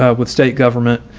ah with state government,